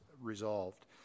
resolved